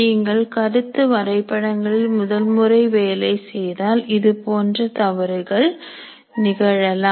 நீங்கள் கருத்து வரைபடங்களில் முதல்முறை வேலை செய்தால் இதுபோன்ற தவறுகள் நிகழலாம்